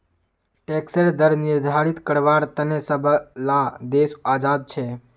टैक्सेर दर निर्धारित कारवार तने सब ला देश आज़ाद छे